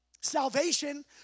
Salvation